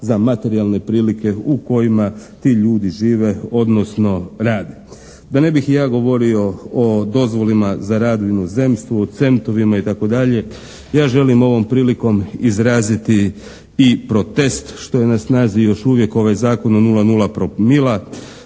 za materijalne prilike u kojima ti ljudi žive, odnosno rade. Da ne bih i ja govorio o dozvolama za rad u inozemstvu, o centovima, itd., ja želim ovom prilikom izraziti i protest što je na snazi još uvijek ovaj Zakon o 0,0 promila.